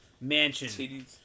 mansion